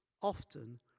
often